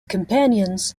companions